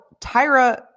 Tyra